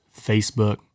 Facebook